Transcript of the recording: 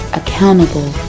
accountable